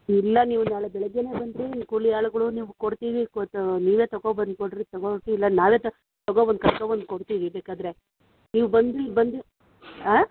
ಇಲ್ಲ ನೀವು ನಾಳೆ ಬೆಳಗ್ಗೇನೆ ಬನ್ನಿರಿ ನಿಮ್ಮ ಕೂಲಿ ಆಳುಗಳು ನೀವು ಕೊಡ್ತೀವಿ ಕೊಟ್ಟ ನೀವೇ ತಗೊಂಡ್ಬಂದು ಕೊಡಿರಿ ತಗೊಳ್ಬೇಕು ಇಲ್ಲ ನಾವೇ ತಗೊಂಡ್ಬಂದು ಕರ್ಕೊಂಡ್ಬಂದು ಕೊಡ್ತೀವಿ ಬೇಕಾದರೆ ನೀವು ಬಂದು ಇಲ್ಲಿ ಬಂದು ಹಾಂ